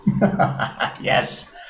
Yes